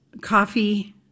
coffee